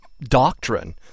doctrine